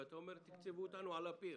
ואומרים: תקצבו אותנו על הפיר.